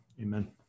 amen